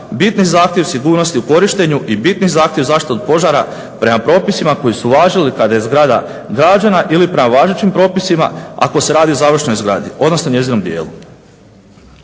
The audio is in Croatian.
bitni zahtjev sigurnosti u korištenju i bitni zahtjev zaštite od požara prema propisima koji su važili kada je zgrada građena ili prema važećim propisima ako se radi o završenoj zgradi, odnosno njezinom dijelu.